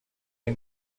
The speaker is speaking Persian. این